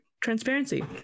transparency